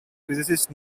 physicist